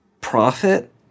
profit